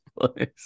place